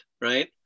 Right